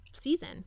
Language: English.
season